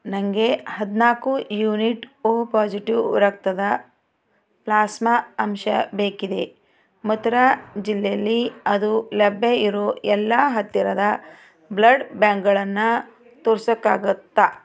ನನಗೆ ಹದ್ನಾಲ್ಕು unit O positive ರಕ್ತದ ಪ್ಲಾಸ್ಮ ಅಂಶ ಬೇಕಿದೆ ಮಥುರಾ ಜಿಲ್ಲೆಯಲ್ಲಿ ಅದು ಲಭ್ಯ ಇರೋ ಎಲ್ಲ ಹತ್ತಿರದ ಬ್ಲಡ್ ಬ್ಯಾಂಕ್ಗಳನ್ನು ತೋರ್ಸೋಕ್ಕಾಗುತ್ತಾ